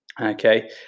Okay